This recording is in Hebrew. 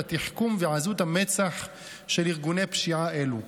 התחכום ועזות המצח של ארגוני פשיעה אלו.